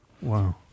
wow